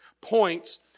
points